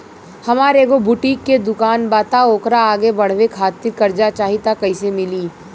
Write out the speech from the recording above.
हमार एगो बुटीक के दुकानबा त ओकरा आगे बढ़वे खातिर कर्जा चाहि त कइसे मिली?